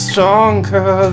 Stronger